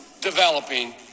developing